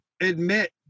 admit